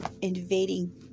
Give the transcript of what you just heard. invading